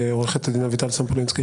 לעמדתנו השינוי המוצע יפגע קשה בעצמאות